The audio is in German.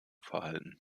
verhalten